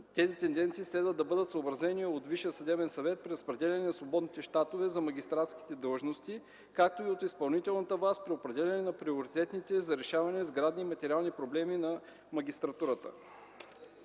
Тези тенденции следва да бъдат съобразени от ВСС при разпределяне на свободните щатове за магистратските длъжности, както и от изпълнителната власт при определяне на приоритетните за решаване сградни и материални проблеми на магистратурата.